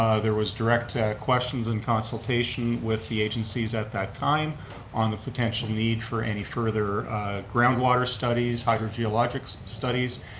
ah there was direct questions and consultation with the agencies at that time on the potential need for any further groundwater studies, hydrogeologic studies,